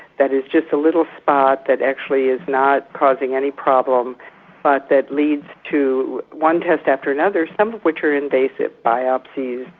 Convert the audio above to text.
that is just a little spot that actually is not causing any problem but that leads to one test after another, some of which are invasive biopsies,